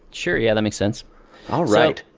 sure. yeah, that makes sense all right.